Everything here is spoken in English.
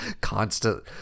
constant